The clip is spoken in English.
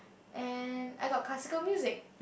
and I got classical music